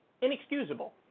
Inexcusable